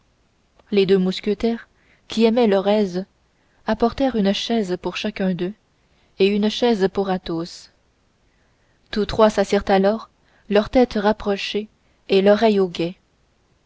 les deux mousquetaires qui aimaient leurs aises apportèrent une chaise pour chacun d'eux et une chaise pour athos tous trois s'assirent alors leurs têtes rapprochées et l'oreille au guet